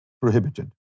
prohibited